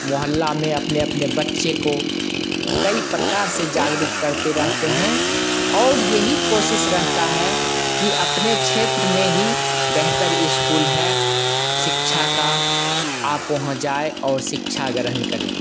मोहल्ला में अपने अपने बच्चे को कई प्रकार से जागरूक करते रहते हैं और यही कोशिश रहता है कि अपने क्षेत्र में ही बेहतर स्कूल है शिक्षा का आप वहाँ जाएं और शिक्षा ग्रहण करें